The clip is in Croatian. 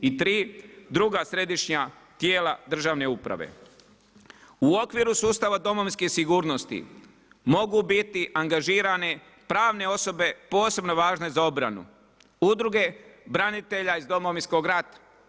I tri, druga središnja tijela državne uprave U okviru sustava Domovinske sigurnosti mogu biti angažirane pravne osobe posebno važne za obranu, udruge branitelja iz Domovinskog rata.